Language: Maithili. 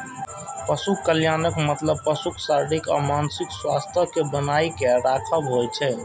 पशु कल्याणक मतलब पशुक शारीरिक आ मानसिक स्वास्थ्यक कें बनाके राखब होइ छै